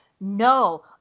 No